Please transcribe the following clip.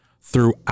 throughout